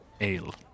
ale